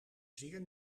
zeer